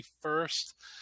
first